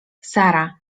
sara